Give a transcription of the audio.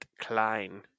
Klein